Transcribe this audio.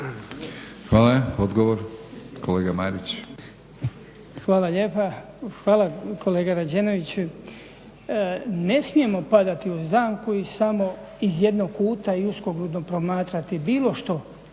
Hvala. Odgovor, kolega Marić. **Marić, Goran (HDZ)** Hvala lijepa. Hvala kolega Rađenović. Ne smijemo padati u zamku i samo iz jednog kuta i uskogrudno promatrati bilo što,